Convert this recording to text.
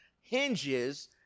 hinges